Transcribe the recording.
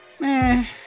man